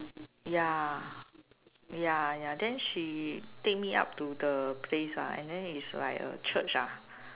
ya ya ya then she take me up to the place ah and then it's like a church ah